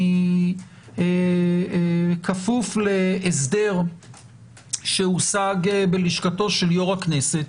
אני כפוף להסדר שהושג בלשכתו של יו"ר הכנסת.